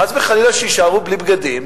חס וחלילה שיישארו בלי בגדים,